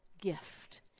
gift